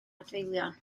adfeilion